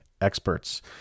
experts